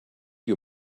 you